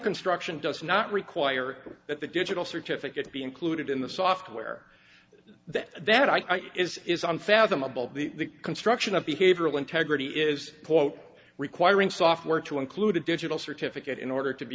construction does not require that the digital certificate be included in the software that that i think is is unfathomable the construction of behavioral integrity is quote requiring software to include a digital certificate in order to be